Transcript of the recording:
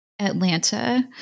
Atlanta